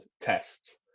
tests